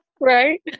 right